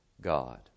God